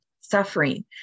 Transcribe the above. suffering